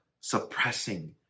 suppressing